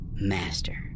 Master